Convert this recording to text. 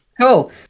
Cool